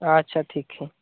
ᱟᱪᱪᱷᱟ ᱴᱷᱤᱠ ᱦᱮᱸ